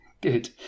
Good